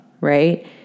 right